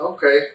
Okay